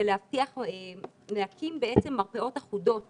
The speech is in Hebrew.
זה להקים מרפאות אחודות